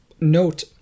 note